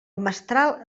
mestral